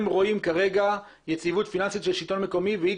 הם רואים כרגע יציבות פיננסית של שלטון מקומי והיא